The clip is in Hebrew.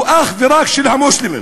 והוא אך ורק של המוסלמים.